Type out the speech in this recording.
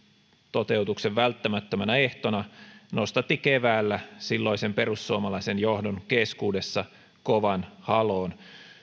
toteutuksen välttämättömänä ehtona nostatti keväällä silloisen perussuomalaisen johdon keskuudessa kovan haloon